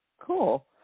cool